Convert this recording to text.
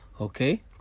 Okay